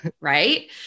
Right